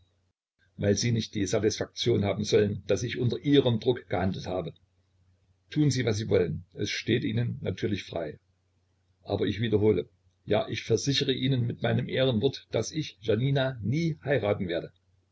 weil sie nicht die satisfaktion haben sollen daß ich unter ihrem drucke gehandelt habe tun sie was sie wollen es steht ihnen natürlich frei aber ich wiederhole ja ich versichere ihnen mit meinem ehrenwort daß ich janina nie heiraten werde